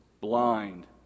blind